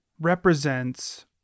represents